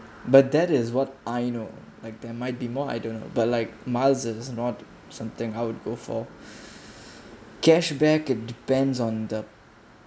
but that is what I know like there might be more I don't know but like miles is not something I would go for cashback it depends on the